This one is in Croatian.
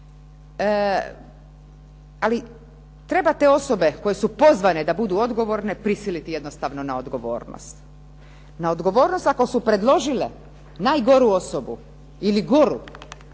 Ali treba te osobe koje su pozvane da budu odgovorne, prisiliti jednostavno na odgovornost. Na odgovornost ako su predložile najgoru osobu ili goru,